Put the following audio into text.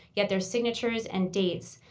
yet their signatures and dates,